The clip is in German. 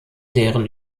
deren